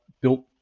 built